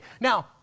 now